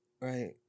right